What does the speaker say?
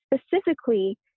Specifically